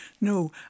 no